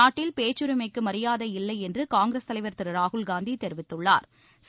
நாட்டில் பேச்சுரிமைக்கு மரியாதை இல்லை என்று காங்கிரஸ் தலைவர் திரு ராகுல் காந்தி தெரிவித்துள்ளா்